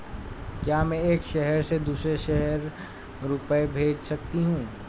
क्या मैं एक शहर से दूसरे शहर रुपये भेज सकती हूँ?